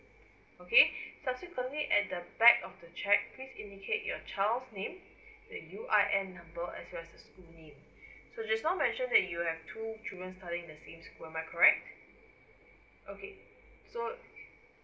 okay subsequently at the back of the cheque please indicate your child's name the U_I_N number as well the school name so just now mentioned that you have two children studying in the same school am I correct okay so